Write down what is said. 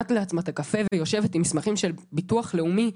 לעצמה קפה ויושבת עם מסמכים של ביטוח לאומי,